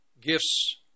gifts